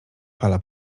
fala